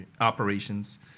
operations